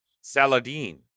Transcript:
Saladin